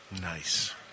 nice